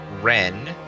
Ren